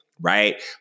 Right